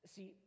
See